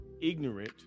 ignorant